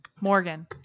Morgan